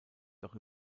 doch